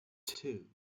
two